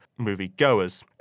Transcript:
moviegoers